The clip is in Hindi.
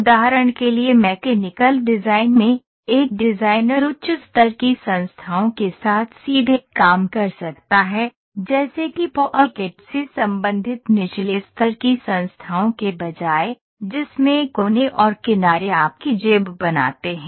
उदाहरण के लिए मैकेनिकल डिज़ाइन में एक डिज़ाइनर उच्च स्तर की संस्थाओं के साथ सीधे काम कर सकता है जैसे कि पॉकेट से संबंधित निचले स्तर की संस्थाओं के बजाय जिसमें कोने और किनारे आपकी जेब बनाते हैं